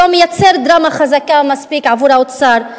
לא מייצר דרמה חזקה מספיק עבור האוצר.